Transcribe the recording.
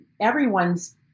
everyone's